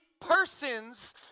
persons